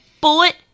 bullet